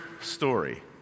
story